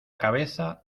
cabeza